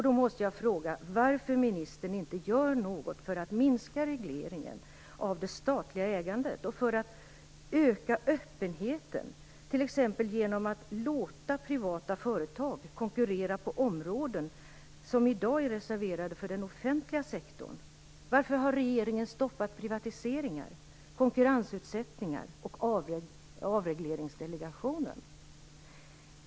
Då måste jag fråga varför ministern inte gör något för att minska regleringen av det statliga ägandet och för att öka öppenheten, t.ex. genom att låta privata företag konkurrera på områden som i dag är reserverade för den offentliga sektorn. Varför har regeringen stoppat privatiseringar, konkurrensutsättningar och avregleringsdelegationen?